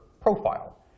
profile